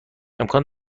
امکان